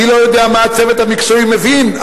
אני לא יודע מה הצוות המקצועי מבין,